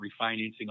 refinancing